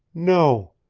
no,